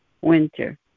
winter